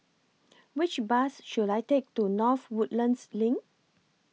Which Bus should I Take to North Woodlands LINK